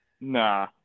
Nah